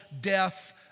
death